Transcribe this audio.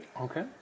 Okay